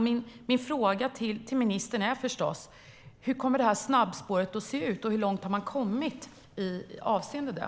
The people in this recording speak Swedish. Mina frågor till ministern är: Hur kommer snabbspåret att se ut? Hur långt har ni kommit avseende det?